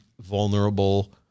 vulnerable